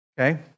Okay